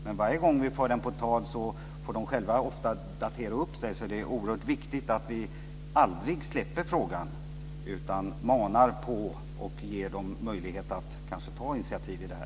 Men varje gång vi för den på tal får man själv ofta datera upp sig, så det är oerhört viktigt att vi aldrig släpper frågan utan manar på och ger regeringen möjlighet att kanske ta initiativ i det här.